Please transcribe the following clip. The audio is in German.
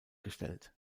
gestellt